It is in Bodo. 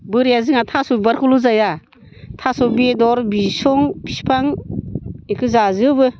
बोराया जोंना थास' बिबारखौल' जाया थास' बेदर बिसं बिफां बेखौ जाजोबो